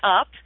up